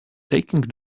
taking